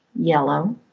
yellow